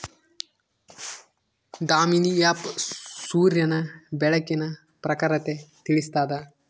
Damini app ಸೂರ್ಯನ ಬೆಳಕಿನ ಪ್ರಖರತೆ ತಿಳಿಸ್ತಾದ